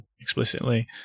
explicitly